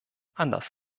anders